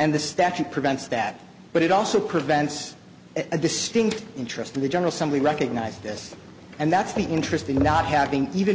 and the statute prevents that but it also prevents a distinct interest in the general somebody recognized this and that's the interesting without having even